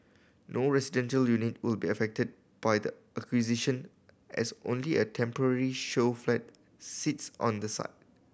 no residential unit will be affected by the acquisition as only a temporary show flat sits on the site